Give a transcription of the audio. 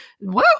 wow